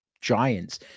giants